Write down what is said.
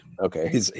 Okay